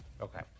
Okay